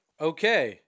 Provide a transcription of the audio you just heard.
Okay